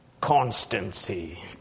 Constancy